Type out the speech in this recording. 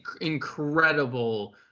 incredible